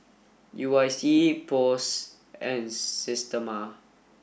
U I C Post and Systema